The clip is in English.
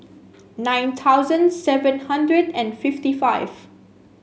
nine thousand seven hundred and fifty five